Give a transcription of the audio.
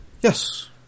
Yes